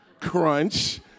crunch